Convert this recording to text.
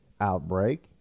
outbreak